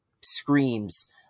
screams